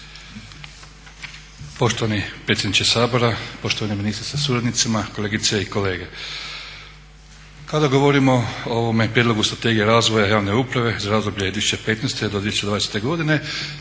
Poštovani predsjedniče Sabora, poštovani ministre sa suradnicima, kolegice i kolege. Kada govorimo o ovome Prijedlogu strategije razvoja javne uprave za razdoblje 2015. do 2020. godine